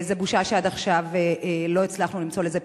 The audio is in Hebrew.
זה בושה שעד עכשיו לא הצלחנו למצוא לזה פתרון.